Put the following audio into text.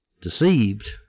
deceived